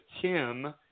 Tim